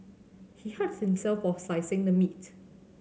he hurt himself while slicing the meat